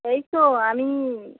এই তো আমি